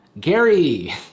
Gary